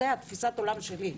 ומשם זאת תפיסת העולם שלי.